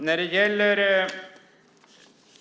Herr talman!